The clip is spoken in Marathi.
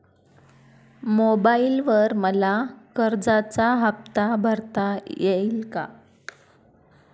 मोबाइलवर मला कर्जाचा हफ्ता भरता येईल का?